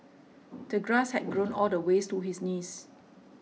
the grass had grown all the ways to his knees